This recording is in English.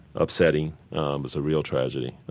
upsetting. it was a real tragedy.